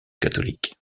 catholique